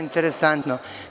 Da, interesantno.